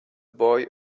boy